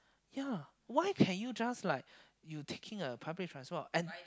ya why can you just like you taking a public transport and